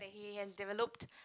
that he has developed